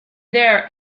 there